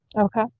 Okay